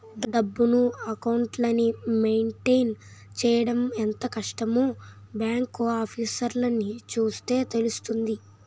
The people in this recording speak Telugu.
డబ్బును, అకౌంట్లని మెయింటైన్ చెయ్యడం ఎంత కష్టమో బాంకు ఆఫీసర్లని చూస్తే తెలుస్తుంది